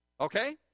Okay